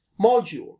module